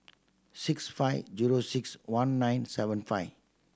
six five zero six one nine seven five